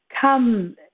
come